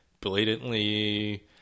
blatantly